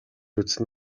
үзсэн